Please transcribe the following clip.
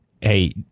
Hey